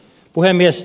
puhemies